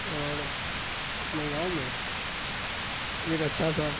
اور اپنے گاؤں میں ایک اچھا سا